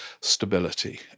stability